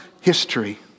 history